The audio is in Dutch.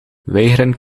weigeren